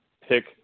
pick